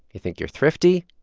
you think you're thrifty?